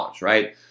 right